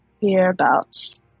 hereabouts